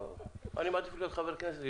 אני מעדיף להיות חבר כנסת,